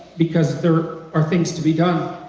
because there are things to be done,